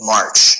March